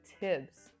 tips